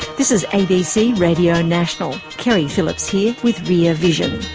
this is abc radio national. keri phillips here with rear vision.